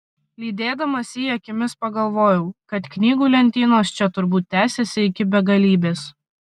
lydėdamas jį akimis pagalvojau kad knygų lentynos čia turbūt tęsiasi iki begalybės